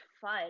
fun